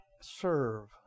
serve